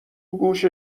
گوش